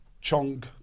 Chong